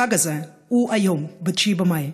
החג הזה הוא היום, ב-9 במאי.